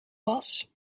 was